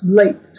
late